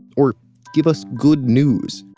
or give us good news.